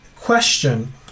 Question